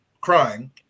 crying